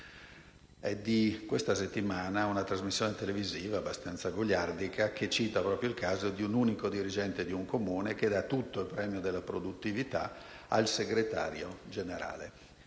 È di questa settimana una trasmissione televisiva abbastanza goliardica che ha citato il caso di un unico dirigente di un comune che attribuisce tutto il premio della produttività al segretario generale: